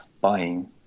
buying